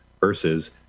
versus